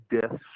death